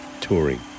touring